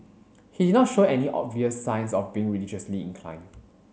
he did not show any obvious signs of being religiously inclined